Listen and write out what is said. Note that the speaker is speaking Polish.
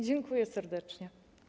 Dziękuję serdecznie.